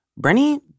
Brenny